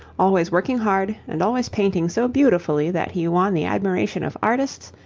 always working hard and always painting so beautifully that he won the admiration of artists,